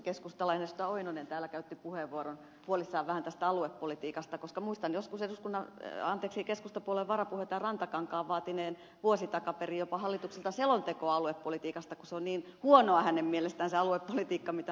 lauri oinonen käytti puheenvuoron huolissaan vähän tästä aluepolitiikasta koska muistan joskus keskustapuolueen varapuheenjohtajan rantakankaan vaatineen vuosi takaperin jopa hallitukselta selontekoa aluepolitiikasta kun on niin huonoa hänen mielestään se aluepolitiikka mitä hallitus tekee